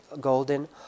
golden